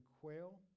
quail